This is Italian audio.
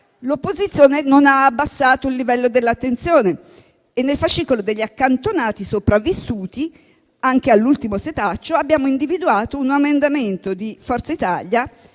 l'opposizione non ha abbassato il livello dell'attenzione e nel fascicolo degli accantonati sopravvissuti anche all'ultimo setaccio abbiamo individuato un emendamento di Forza Italia